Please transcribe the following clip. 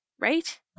right